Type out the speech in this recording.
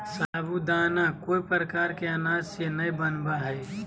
साबूदाना कोय प्रकार के अनाज से नय बनय हइ